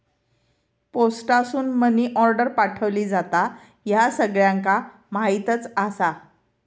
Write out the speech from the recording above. पोस्टासून money order पाठवली जाता, ह्या सगळ्यांका माहीतच आसा